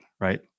right